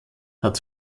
hat